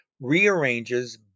rearranges